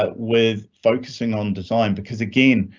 but with focusing on design, because again,